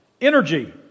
energy